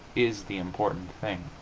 is the important thing.